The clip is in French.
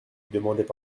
demandaient